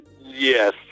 Yes